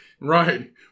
Right